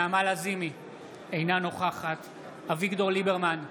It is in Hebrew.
אינה נוכחת אביגדור ליברמן,